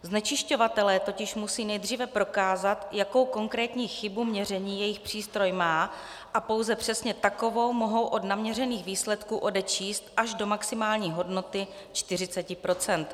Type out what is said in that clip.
Znečišťovatelé totiž musí nejdříve prokázat, jakou konkrétní chybu měření jejich přístroj má, a pouze přesně takovou mohou od naměřených výsledků odečíst až do maximální hodnoty 40 procent.